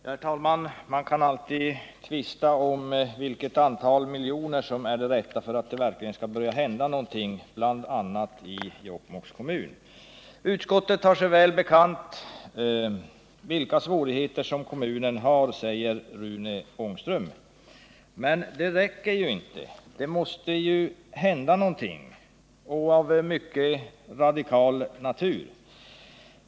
Herr talman! Man kan alltid tvista om vilket antal miljoner som är det rätta för att det verkligen skall börja hända någonting, bl.a. i Jokkmokks kommun. Utskottet har sig väl bekant vilka svårigheter kommunen har, säger Rune Ångström. Men det räcker inte. Det måste hända någonting — och av mycket radikal natur.